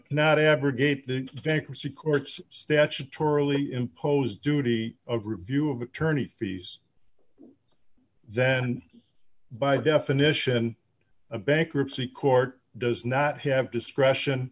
not abrogate the bankruptcy courts statutorily impose duty of review of attorney fees then by definition a bankruptcy court does not have discretion